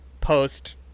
post